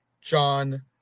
John